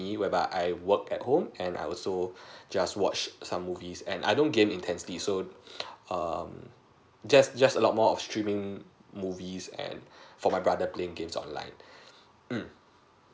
me whereby I work at home and I also just watch some movies and I don't game intensely so um just just a lot more of streaming movies and for my brother playing games online mm